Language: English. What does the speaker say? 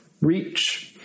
Reach